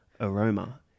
aroma